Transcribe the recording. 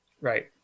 Right